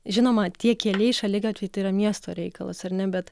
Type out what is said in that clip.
žinoma tie keliai šaligatviai tai yra miesto reikalas ar ne bet